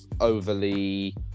overly